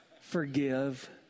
forgive